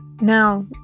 now